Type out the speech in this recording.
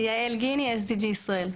יעל גיני, SDG ישראל.